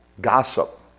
gossip